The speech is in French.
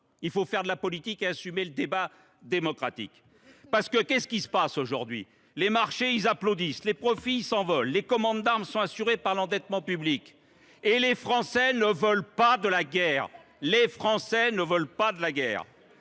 Il faut faire de la politique et assumer le débat démocratique. Que se passe t il aujourd’hui ? Les marchés applaudissent. Les profits s’envolent. Les commandes d’armes sont assurées par l’endettement public. Les Français ne veulent pas de la guerre. Exactement ! Personne ne veut de la guerre